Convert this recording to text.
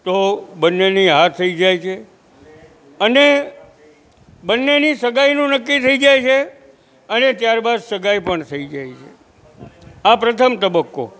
તો બંનેની હા થઈ જાય છે અને બંનેની સગાઈનું નક્કી થઈ જાય છે અને ત્યારબાદ સગાઈ પણ થઈ જાય છે આ પ્રથમ તબક્કો